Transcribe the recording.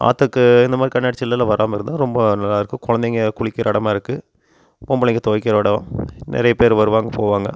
ஆற்றுக்கு இந்த மாதிரி கண்ணாடி சில்லுலாம் வராமல் இருந்தால் ரொம்ப நல்லாயிருக்கும் குழந்தைங்க குளிக்கின்ற இடமா இருக்குது பொம்பளைங்க துவைக்கிற இடம் நிறைய பேர் வருவாங்க போவாங்க